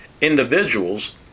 individuals